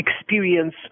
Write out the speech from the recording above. experience